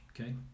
okay